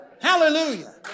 hallelujah